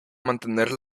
mantener